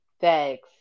Thanks